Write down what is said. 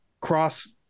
cross